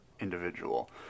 individual